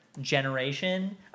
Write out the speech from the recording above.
generation